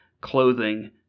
clothing